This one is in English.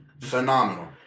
Phenomenal